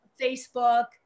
Facebook